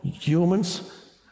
humans